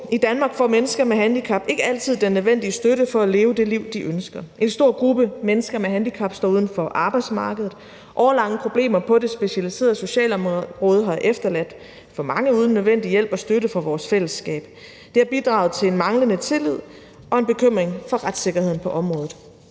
I Danmark får mennesker med handicap ikke altid den nødvendige støtte til at leve det liv, de ønsker. En stor gruppe mennesker med handicap står uden for arbejdsmarkedet. Årelange problemer på det specialiserede socialområde har efterladt for mange uden den nødvendige hjælp og støtte fra vores fællesskab. Det har bidraget til en manglende tillid og en bekymring for retssikkerheden på området.